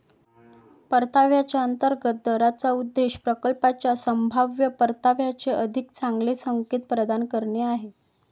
परताव्याच्या अंतर्गत दराचा उद्देश प्रकल्पाच्या संभाव्य परताव्याचे अधिक चांगले संकेत प्रदान करणे आहे